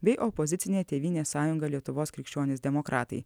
bei opozicinė tėvynės sąjunga lietuvos krikščionys demokratai